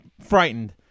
frightened